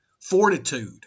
fortitude